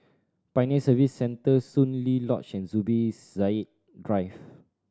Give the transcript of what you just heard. Pioneer Service Centre Soon Lee Lodge and Zubir Said Drive